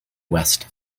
west